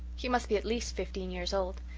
he must be at least fifteen years old.